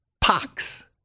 pox